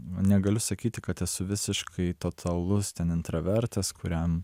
negaliu sakyti kad esu visiškai totalus ten intravertas kuriam